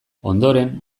ondoren